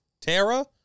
Tara